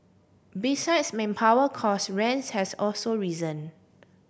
besides manpower cost rents has also risen